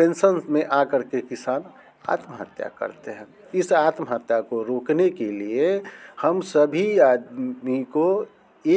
tension में आ करके किसान आत्महत्या करते हैं इस आत्महत्या को रोकने के लिए हम सभी आदमी को